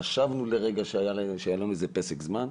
חשבנו לרגע שהיה לנו איזה פסק זמן.